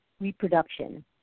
reproduction